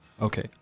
Okay